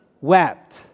wept